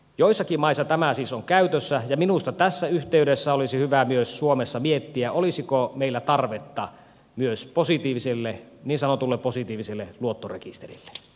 joissakin maissa tämä siis on käytössä ja minusta tässä yhteydessä olisi hyvä myös suomessa miettiä olisiko meillä tarvetta myös niin sanotulle positiiviselle luottorekisterille